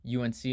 UNC